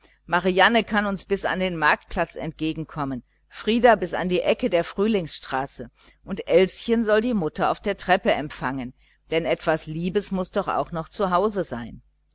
marianne kann uns bis an den marktplatz entgegenkommen frieder bis an die ecke der frühlingsstraße und elschen soll die mutter an der treppe empfangen denn etwas liebes muß auch noch zu hause sein